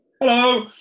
Hello